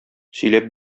сөйләп